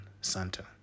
Santa